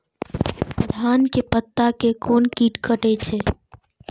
धान के पत्ता के कोन कीट कटे छे?